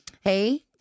Hey